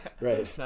Right